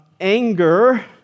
anger